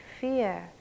fear